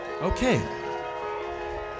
Okay